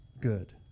good